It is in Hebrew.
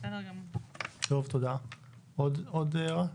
עוד הערה?